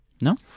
No